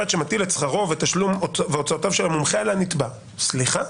שמטיל את שכרו ותשלום הוצאותיו של המומחה על הנתבע סליחה?